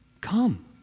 Come